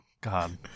God